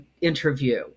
interview